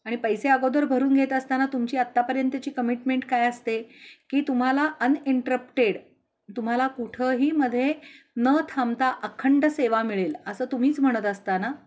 आणि पैसे अगोदर भरून घेत असताना तुमची आत्तापर्यंतची कमिटमेंट काय असते की तुम्हाला अनइंटरप्टेड तुम्हाला कुठंही मध्ये न थांबता अखंड सेवा मिळेल असं तुम्हीच म्हणत असता ना